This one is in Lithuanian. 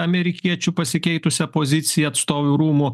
amerikiečių pasikeitusią poziciją atstovų rūmų